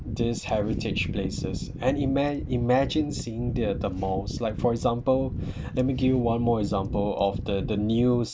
these heritage places and imagine imagine seeing there the malls like for example let me give you one more example of the the news